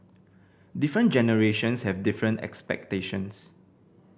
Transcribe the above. different generations have different expectations